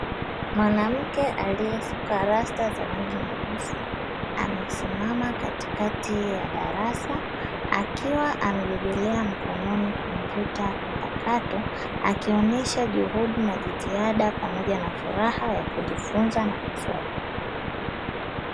Mwanamke aliyesuka rasta za rangi nyeusi amesimama katikati ya darasa akiwa amebebelea mkononi kompyuta mpakato, akionesha juhudi na jitihada pamoja na furaha ya kujifunza na kusoma.